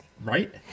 Right